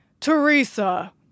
Teresa